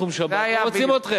לא רוצים אתכם.